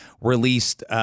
released